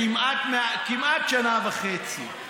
כמעט שנה וחצי,